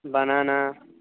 बनाना